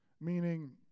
meaning